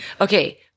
Okay